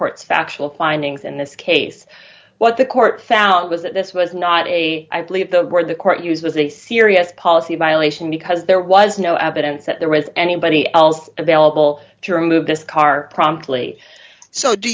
court's factual findings in this case what the court found was that this was not a i believe the word the court used was a serious policy violation because there was no evidence that there was anybody else available to remove this car promptly so do